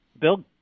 Bill